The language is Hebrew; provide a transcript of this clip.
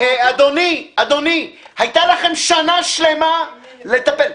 אדוני, הייתה לכם שנה שלמה לטפל.